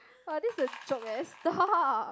!wah! this a joke eh stop